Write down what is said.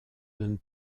donne